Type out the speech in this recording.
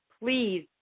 please